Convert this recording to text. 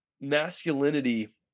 masculinity